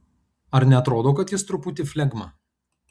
ar neatrodo kad jis truputį flegma